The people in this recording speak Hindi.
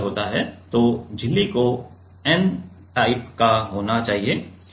तो झिल्ली को n प्रकार का होना चाहिए